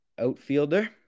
outfielder